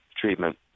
treatment